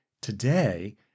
today